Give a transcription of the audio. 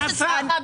נעשה.